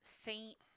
Faint